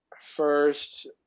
first